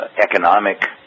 economic